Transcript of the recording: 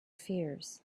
fears